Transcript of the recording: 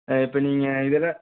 இப்போ நீங்கள் இதில்